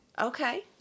Okay